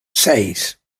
seis